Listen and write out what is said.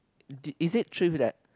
did is it true that